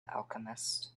alchemist